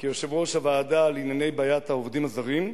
כיושב-ראש הוועדה לבעיית העובדים הזרים.